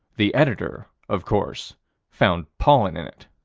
the editor of course found pollen in it.